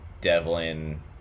Devlin